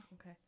Okay